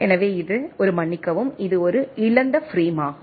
எனவே இது ஒரு மன்னிக்கவும் இது ஒரு இழந்த பிரேமாகும்